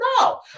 No